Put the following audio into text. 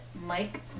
Mike